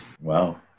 Wow